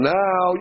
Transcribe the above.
now